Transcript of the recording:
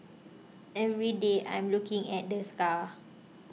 every day I'm looking at the scar